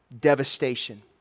devastation